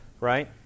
right